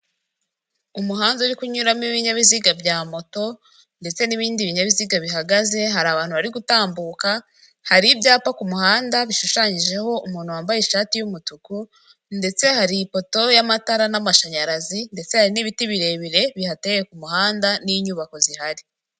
Umuhanda uri kunyuramo ibinyabiziga bya moto ndetse n'ibindi binyabiziga bihagaze, hari abantu bari gutambuka, hari ibyapa ku muhanda bishushanyijeho umuntu wambaye ishati y'umutuku ndetse hari ipoto y'amatara n'amashanyarazi ndetse hari n'ibiti birebire bihateye ku muhanda n'inyubako zihari.